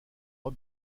pas